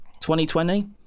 2020